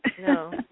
no